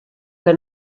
que